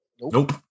Nope